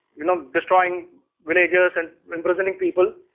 you know destroying villagers and imprisoning people.